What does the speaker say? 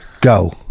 Go